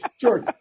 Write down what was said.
George